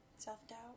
self-doubt